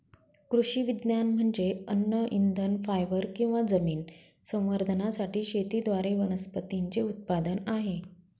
कृषी विज्ञान म्हणजे अन्न इंधन फायबर किंवा जमीन संवर्धनासाठी शेतीद्वारे वनस्पतींचे उत्पादन आहे